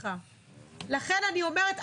לכן אני אומרת,